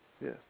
yes